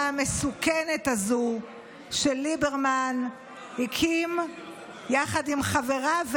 המסוכנת הזאת שליברמן הקים יחד עם חבריו,